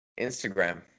Instagram